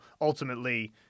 ultimately